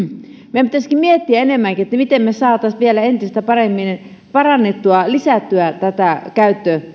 meidän pitäisikin miettiä enemmän miten me saisimme vielä entistä paremmin parannettua ja lisättyä tätä käyttöä